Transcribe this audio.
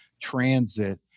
Transit